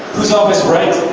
who's always right?